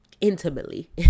Intimately